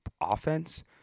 offense